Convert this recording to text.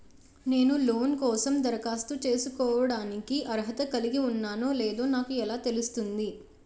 నేను లోన్ కోసం దరఖాస్తు చేసుకోవడానికి అర్హత కలిగి ఉన్నానో లేదో నాకు ఎలా తెలుస్తుంది?